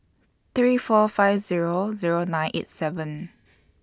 three four five Zero Zero nine eight seven